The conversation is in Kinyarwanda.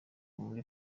muri